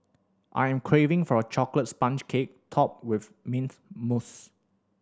I am craving for a chocolate sponge cake topped with mint mousse